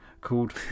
called